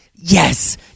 yes